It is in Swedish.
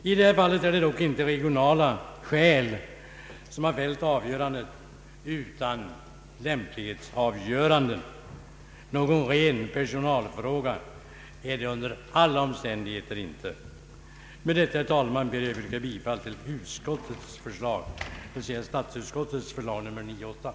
I detta fall är det dock inte regionala skäl som har fällt avgörandet utan lämplighetsskäl. Någon ren personalfråga är det under alla omständigheter inte. Med detta, herr talman, ber jag att få yrka bifall till andra lagutskottets hemställan.